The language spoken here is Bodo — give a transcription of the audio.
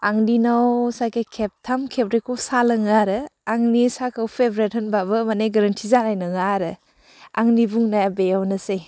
आं दिनाव साहाखौ खेबथाम खेबब्रैखौ साहा लोङो आरो आंनि साहाखौ पेब्रेट होनबाबो मानि गोरोन्थि जानाय नङा आरो आंनि बुंनाया बेयावनोसै